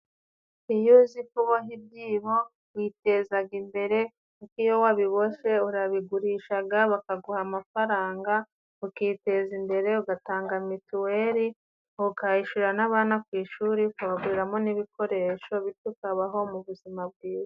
Iyo uzi kuboha ibyibo witezaga imbere kuko iyo wabiboshye urabigurishaga bakaguha amafaranga. Ukiteza imbere ugatanga mituweri, ukayishyura n'abana ku ishuri, ukabaguriramo n'ibikoresho bityo ukabaho mu buzima bwiza.